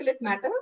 matter